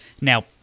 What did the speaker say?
now